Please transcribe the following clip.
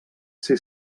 ser